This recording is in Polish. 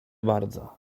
bardzo